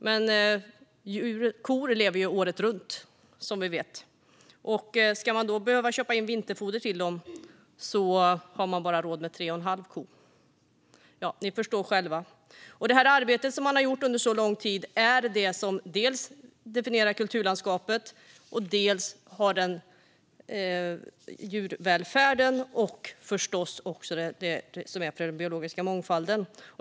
Men kor lever ju året runt, som vi vet, och om man ska köpa vinterfoder till dem har man bara råd med tre och en halv ko. Ja, ni förstår själva. Arbetet som man gjort under så lång tid är det som definierar kulturlandskapet, och det främjar djurvälfärden och den biologiska mångfalden.